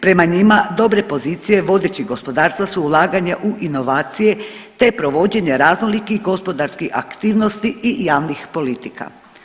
Prema njima dobre pozicije vodećih gospodarstva su ulaganje u inovacije te provođenje raznolikih gospodarskih aktivnosti i javnih politika.